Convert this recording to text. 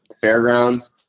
fairgrounds